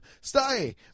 Stay